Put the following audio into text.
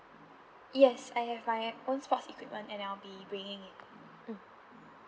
yes I have my own sports equipment and I'll be bringing it mm